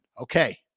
Okay